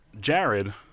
Jared